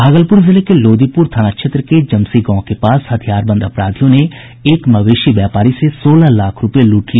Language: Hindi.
भागलपुर जिले के लोदीपुर थाना क्षेत्र के जमसी गांव के पास हथियारबंद अपराधियों ने एक मवेशी व्यापारी से सोलह लाख रुपये लूट लिए